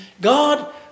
God